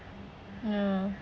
ya